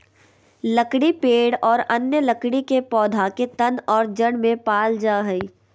लकड़ी पेड़ और अन्य लकड़ी के पौधा के तन और जड़ में पाल जा हइ